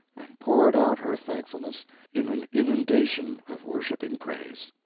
and poured out her thankfulness in an inundation of worshiping praises.